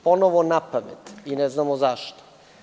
Ponovo napad i ne znamo zašto.